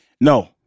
No